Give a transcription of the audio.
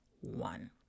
one